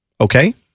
Okay